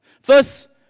First